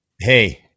hey